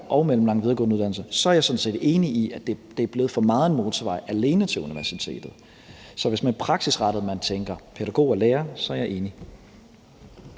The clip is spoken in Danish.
og mellemlange videregående uddannelser, og så er jeg sådan set enig i, at det for meget er blevet en motorvej alene til universitetet. Så hvis man med praksisrettet tænker pædagog og lærer, er jeg enig.